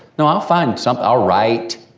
no, i'll find something, i'll write.